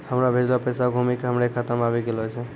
हमरो भेजलो पैसा घुमि के हमरे खाता मे आबि गेलो छै